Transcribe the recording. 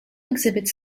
exhibits